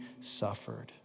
suffered